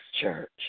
church